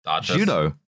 Judo